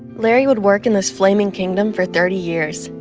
larry would work in this flaming kingdom for thirty years.